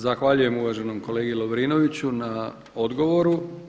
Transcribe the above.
Zahvaljujem uvaženom kolegi Lovrinoviću na odgovoru.